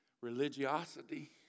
religiosity